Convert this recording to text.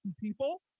people